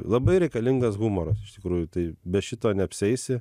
labai reikalingas humoras iš tikrųjų tai be šito neapsieisi